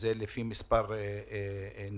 שזה לפי מספר נפשות,